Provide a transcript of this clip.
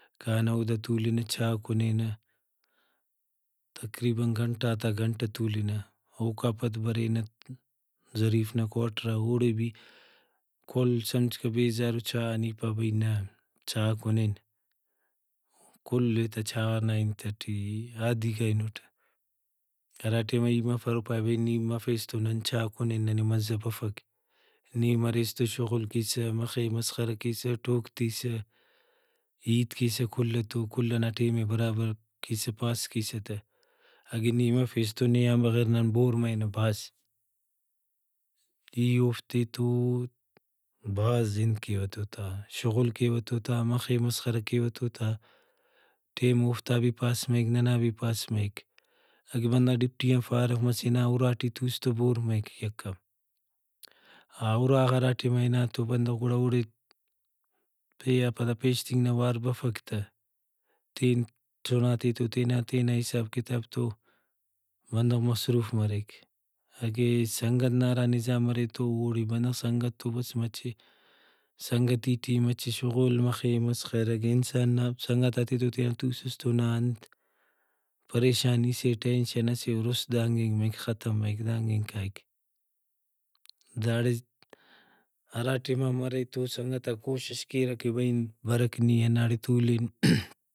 کانہ اودا تولنہ چاء کُنینہ تقریباً گھنٹہ آتا گھنٹہ تولنہ اوکا پد برینہ ظریف نا کواٹرا اوڑے بھی کل سمجھکہ بیزارو چاء آن ای پاوہ بھئی نہ چاء کُنین کلے تا چاء نا انت ٹی عادی کرینٹ۔ ہراٹائما ای مفر پائے بھئی نی مفیس تو نن چاء کُنین ننے مزہ بفک۔ نی مریس تو شغل کیسہ مخے مسخرہ کیسہ ٹوک تیسہ ہیت کیسہ کل تو کل ئنا ٹائم ئے برابر کیسہ پاس کیسہ تہ ۔اگہ نی مفیس تو نے آن بغیر نن بور مرینہ بھاز۔ ای اوفتے بھازانت کیوہ ایتوتا شغل کیوہ ایتوا مخے مسخرہ کیوہ ایتو تا ٹائم اوفتا بھی پاس مریک ننا بھی پاس مریک اگہ بندغ ڈیوٹی آن فارغ مس ہنا اُراٹی توس تو بور مریک یکہ ءَ اُراغا ہرا ٹائما ہنا تو بندغ گڑا اوڑے پیہا پدا پیشتنگ نا وار بفک تہ تین چُھناتے تو تینا تینا حساب کتاب تو بندغ مصروف مریک اگہ سنگت نا ہرا نظام ارے تو اوڑے بندغ سنگت تو بس مچہ سنگتی ٹی مچہ شغل مخے مسخرہ اگہ انسان نا سنگتاتے تو تینا تُوسس تو نا انت پریشانیسے Tensionسے رُست دانگ اینگ مریک ختم مریک دانگ اینگ کائک ۔داڑے ہراٹائما مرے تو سنگتاک کوشش کیرہ کہ بھئی برک نی ہنداڑے تُولِن(voice)